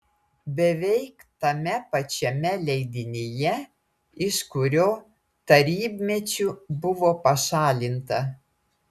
beveik tame pačiame leidinyje iš kurio tarybmečiu buvo pašalinta